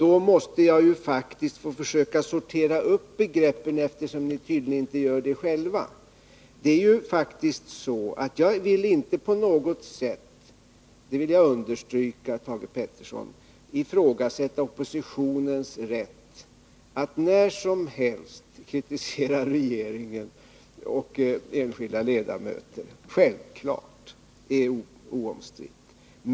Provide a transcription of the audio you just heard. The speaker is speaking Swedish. Då måste jag faktiskt få försöka sortera begreppen, eftersom ni inte gör det själva. Jag vill inte på något sätt — det vill jag understryka, Thage Peterson — ifrågasätta oppositionens rätt att när som helst kritisera regeringen och dess enskilda ledamöter. Den rätten är självklar och oomstridd.